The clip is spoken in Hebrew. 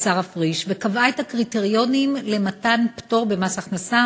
שרה פריש וקבעה את הקריטריונים למתן פטור במס הכנסה,